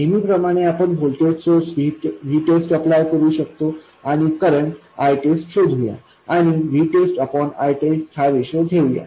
नेहमीप्रमाणे आपण voltage source VTEST apply करू शकतो आणि करंट ITEST शोधूया आणि VTESTITEST हा रेशो घेऊया